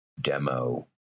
demo